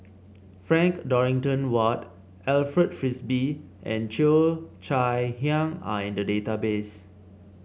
Frank Dorrington Ward Alfred Frisby and Cheo Chai Hiang are in the database